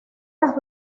las